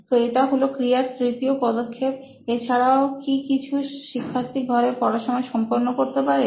তো এটা হলো ক্রিয়ার তৃতীয় পদক্ষেপ এছাড়াও কি কিছু শিক্ষার্থী ঘরে পড়ার সময় সম্পন্ন করতে পারে